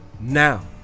Now